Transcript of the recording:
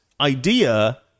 idea